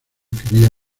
quería